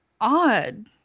odd